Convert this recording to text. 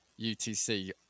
UTC